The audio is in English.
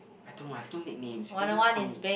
I don't know I have two nicknames people just call me